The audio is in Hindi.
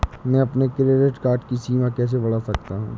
मैं अपने क्रेडिट कार्ड की सीमा कैसे बढ़ा सकता हूँ?